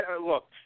look